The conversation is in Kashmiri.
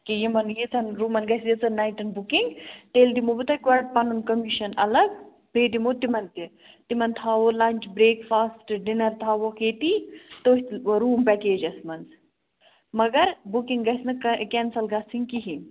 کہِ یِمن ییٚتیٚن روٗمَن گژھِ یژھَن نایِٹَن بُکِنٛگ تیٚلہِ دِمو بہٕ تۅہہِ گۅڈٕ پَنُن کٔمِشیٚن اَلگ بیٚیہِ دِمو تِمن تہِ تِمن تھاوَو لَنٛچ برٛیک فاسٹہٕ ڈِنَر تھاوہوٚکھ ییٚتی تُہۍ تہِ روٗم پیٚکیجٮ۪س منٛز مَگر بُکِنٛگ گَژھِ نہٕ کیٚں کیٚنسل گَژھٕنۍ کِہیٖنٛۍ